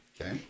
Okay